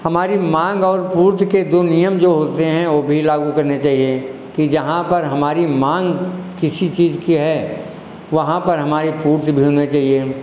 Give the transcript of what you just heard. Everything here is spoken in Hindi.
हमारी माँग और पूर्ति के दो नियम जो होते हैं वह भी लागू करने चाहिए कि जहाँ पर हमारी माँग किसी चीज़ की है वहाँ पर हमारी पूर्ति भी होनी चाहिए